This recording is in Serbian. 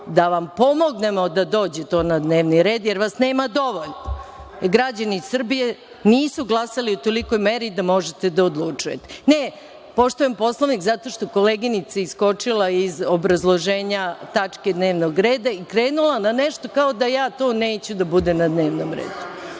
da vam pomognemo da dođe to na dnevni red, jer vas nema dovoljno i građani Srbije nisu glasali u tolikoj meri da možete da odlučujete. Poštujem Poslovnik, zato što je koleginica iskočila iz obrazloženja tačke dnevnog reda i krenula na nešto kao da ja to neću da bude na dnevnom redu.